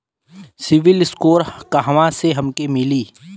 CIBIL score कहाँसे हमके मिली?